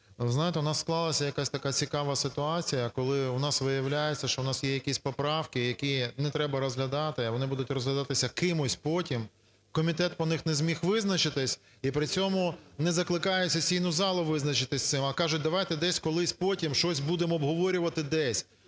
знаєте, у нас склалась якась така цікава ситуація, коли у нас виявляється, що у нас є якісь поправки, які не треба розглядати, а вони будуть розглядатися кимось потім. Комітет по них не зміг визначитись і при цьому не закликає сесійну залу визначитись з цим, а кажуть, давайте десь, колись, потім щось будемо обговорювати десь.